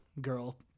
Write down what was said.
girl